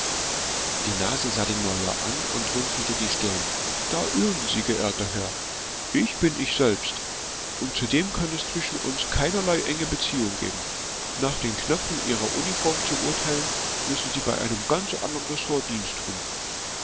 die nase sah den major an und runzelte die stirn da irren sie geehrter herr ich bin ich selbst und zudem kann es zwischen uns keinerlei enge beziehungen geben nach den knöpfen ihrer uniform zu urteilen müssen sie bei einem ganz andern ressort dienst tun